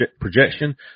projection